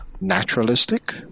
naturalistic